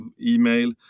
email